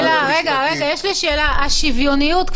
--- יש לי שאלה לגבי השוויוניות,